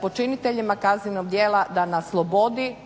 počiniteljima kaznenog djela da na slobodi,